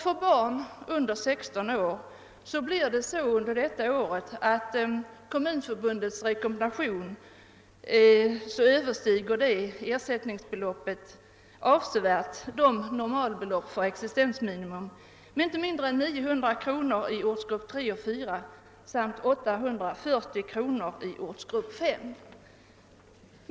För barn under 16 år överstiger Kommunförbundets rekommendation ersättningsbeloppen avsevärt normalbeloppen för existensminimum, d.v.s. med inte mindre än 900 kronor i ortsgrupp 3 och 4 samt 840 kronor 1 ortsgrupp 5.